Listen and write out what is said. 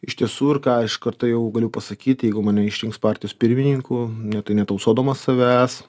iš tiesų ir ką iš karto jau galiu pasakyt jeigu mane išrinks partijos pirmininku ne tai netausodamas savęs